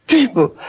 People